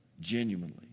genuinely